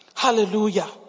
Hallelujah